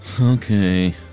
Okay